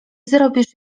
zrobisz